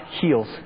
heals